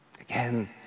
Again